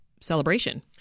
celebration